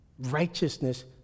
righteousness